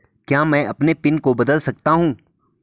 क्या मैं अपने पिन को बदल सकता हूँ?